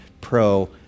pro